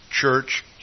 church